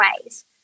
ways